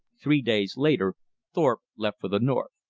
three days later thorpe left for the north.